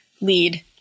lead